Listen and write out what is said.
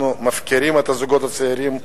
אנחנו מפקירים את הזוגות הצעירים,